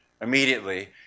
immediately